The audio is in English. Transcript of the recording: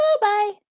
bye